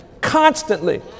constantly